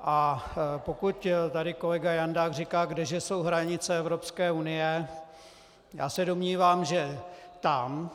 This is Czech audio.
A pokud tady kolega Jandák říká, kde že jsou hranice Evropské unie, já se domnívám, že tam,